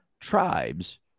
tribes